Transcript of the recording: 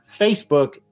Facebook